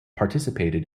participated